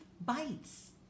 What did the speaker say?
bites